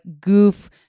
goof